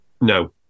No